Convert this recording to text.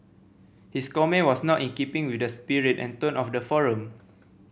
his comment was not in keeping with the spirit and tone of the forum